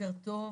בוקר טוב,